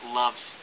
loves